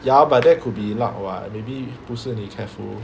ya but that could be luck [what] maybe 不是你 careful